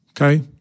Okay